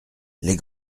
les